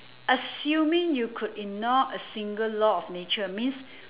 assuming you could ignore a single law of nature means